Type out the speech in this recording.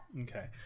Okay